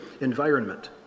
environment